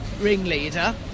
ringleader